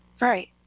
right